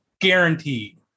guaranteed